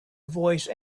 voice